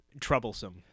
troublesome